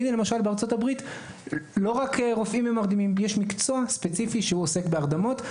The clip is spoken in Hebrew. בארצות הברית יש מקצוע ספציפי שעוסק בהרדמות,